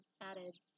added